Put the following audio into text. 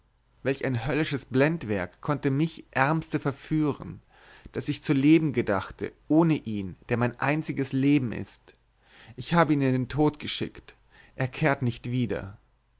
welch ein höllisches blendwerk konnte mich ärmste verführen daß ich zu leben gedachte ohne ihn der mein einziges leben ist ich habe ihn in den tod geschickt er kehrt nicht wieder